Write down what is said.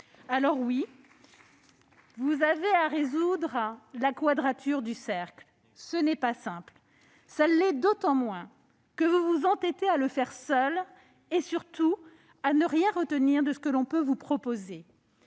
Certes, vous avez à résoudre la quadrature du cercle ... Eh oui ! Votre rôle n'est pas simple. Il l'est d'autant moins que vous vous entêtez à agir seuls et, surtout, à ne rien retenir de ce que l'on peut vous proposer.